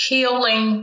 Healing